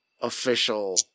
official